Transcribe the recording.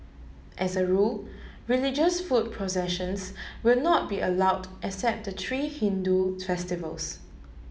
as a rule religious foot processions will not be allowed except the three Hindu festivals